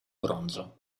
bronzo